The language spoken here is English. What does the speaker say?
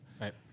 Right